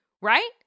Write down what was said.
right